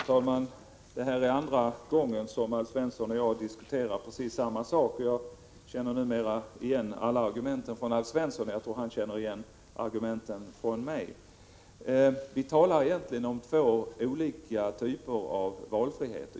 Fru talman! Detta är andra gången som Alf Svensson och jag diskuterar precis samma sak. Jag känner numera igen alla argumenten från Alf Svensson, och jag tror att han känner igen mina argument. Vi talar egentligen om två olika typer av valfrihet.